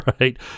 Right